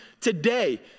today